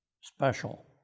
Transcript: special